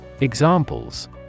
Examples